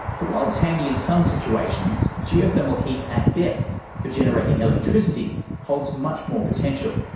but while it's handy in some situations, geothermal heat at depth for generating electricity holds much more potential.